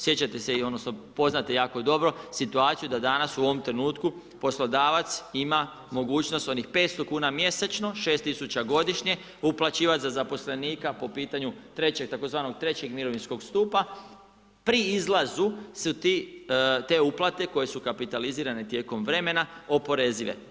Sjećate se odnosno poznate jako dobro, situaciju da danas u ovom trenutku poslodavac ima mogućnost onih 500 kuna mjesečno, 6000 godišnje uplaćivati za zaposlenika po pitanju tzv. trećeg mirovinskog stupa, pri izlazu su te uplate koje su kapitalizirane tijekom vremena, oporezive.